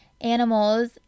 animals